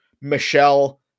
michelle